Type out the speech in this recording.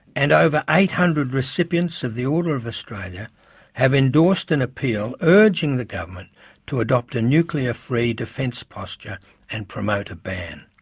and over eight hundred recipients of the order of australia have endorsed an appeal urging the government to adopt a nuclear-free defence posture and promote a ban.